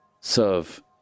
serve